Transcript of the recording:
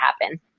happen